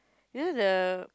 you know the